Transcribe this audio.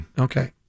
Okay